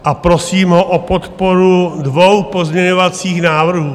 A prosím ho o podporu dvou pozměňovacích návrhů.